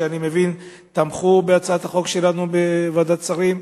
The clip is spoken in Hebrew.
שאני מבין שתמכו בהצעת החוק שלנו בוועדת שרים.